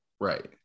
Right